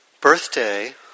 birthday